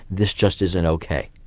this just isn't okay.